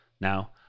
now